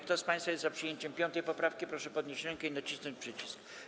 Kto z państwa jest za przyjęciem 5. poprawki, proszę podnieść rękę i nacisnąć przycisk.